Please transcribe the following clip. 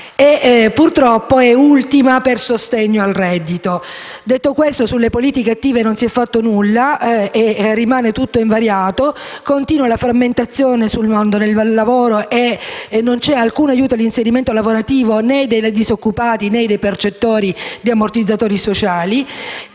e purtroppo è ultima per sostegno al reddito. Detto questo, sulle politiche attive non si è fatto nulla e rimane tutto invariato, continua la frammentazione sul mondo del lavoro e non c'è alcun aiuto all'inserimento lavorativo né dei disoccupati, né dei percettori di ammortizzatori sociali.